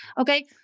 Okay